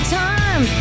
time